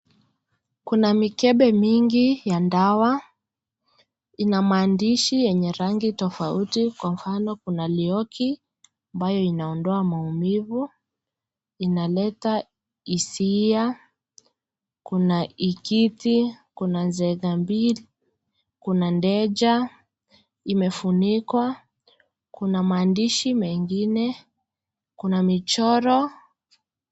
Kuna mikebe mingi ya dawa ina maandishi yenye rangi tofauti tofauti kwa mfano kuna lyoki ambayo inaondoa maumivu, inaleta hasia, kuna ikiti kuna nzekambili kuna ndeja imefunikwa kuna maandishi mengine, kuna michoro.